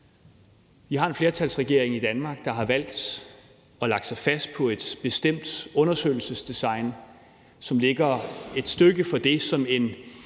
Vi har en flertalsregering i Danmark, der har valgt og lagt sig fast på et bestemt undersøgelsesdesign, som ligger et stykke fra det, som en